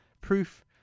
Proof